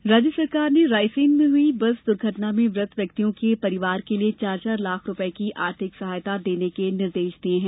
हादसा प्रदेश सरकार ने रायसेन में हुई बस दुर्घटना में मृत व्यक्तियों के परिवार के लिए चार चार लाख रुपए की आर्थिक सहायता देने के निर्देश दिए हैं